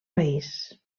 país